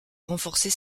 renforcer